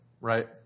right